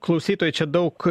klausytojai čia daug